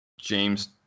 James